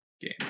game